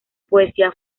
poesía